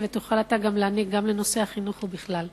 ותוכל להעניק גם לנושא החינוך ובכלל.